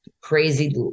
crazy